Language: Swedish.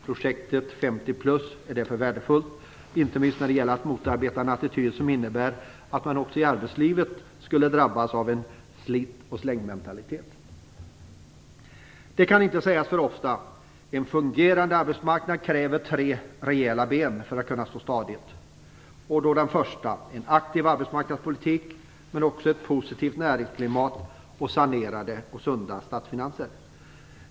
Projektet 50+ är därför värdefullt, inte minst när det gäller att motarbeta en attityd som innebär att man också i arbetslivet drabbas av en slit-och-slängmentalitet. Det kan inte sägas för ofta att en fungerande arbetsmarknad kräver tre rejäla ben för att kunna stå stadigt. Det krävs först och främst en aktiv arbetsmarknadspolitik men också ett positivt näringsklimat och sanerade och sunda statsfinanser.